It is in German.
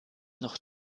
noch